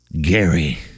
Gary